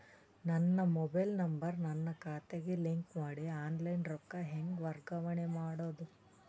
ನನ್ನ mobile number ನನ್ನ ಖಾತೆಗೆ ಲಿಂಕ್ ಮಾಡಿ ಆನ್ಲೈನ್ ರೊಕ್ಕ ಹೆಂಗ ವರ್ಗಾವಣೆ ಮಾಡೋದು?